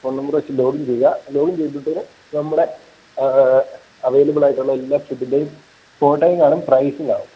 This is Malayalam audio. ഫോൺ നമ്പര് വെച്ച് ലോഗിൻ ചെയ്യുക ലോഗിൻ ചെയ്തിട്ട് നമ്മുടെ അവൈലബിളായിട്ടുള്ള എല്ലാ ഫുഡിൻ്റെയും ഫോട്ടോയും കാണും പ്രൈസും കാണും